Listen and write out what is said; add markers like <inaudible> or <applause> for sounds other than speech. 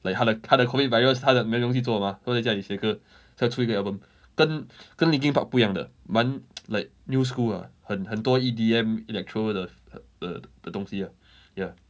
like 他的他的 COVID virus 他的没有东西做 mah so 在家里写歌在出一个 album 跟跟 linkin park 不一样的蛮 <noise> like new school ah 很很多 E_D_M electro 的的的东西 ah ya